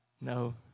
No